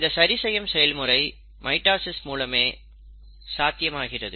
இந்த சரி செய்யும் செயல்முறை மைட்டாசிஸ் மூலமே சாத்தியம் ஆகிறது